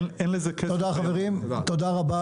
תודה רבה.